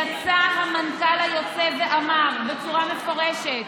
יצא המנכ"ל היוצא ואמר בצורה מפורשת: